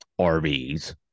RVs